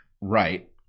right